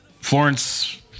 florence